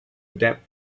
adapt